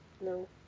no